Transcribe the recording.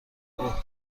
اوه